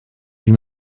wie